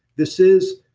this is.